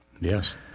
Yes